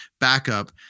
backup